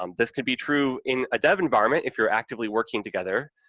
um this could be true in a dev environment, if you're actively working together.